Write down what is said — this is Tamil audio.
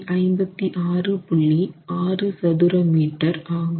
6 சதுர மீட்டர் ஆகும்